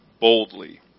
boldly